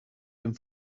dem